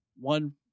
One